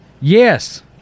yes